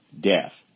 death